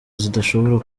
zidashobora